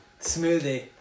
Smoothie